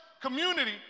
community